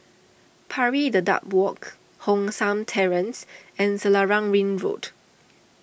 Pari Dedap Walk Hong San Terrace and Selarang Ring Road